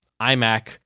iMac